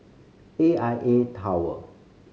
A I A Tower